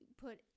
put